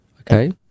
okay